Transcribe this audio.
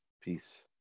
Peace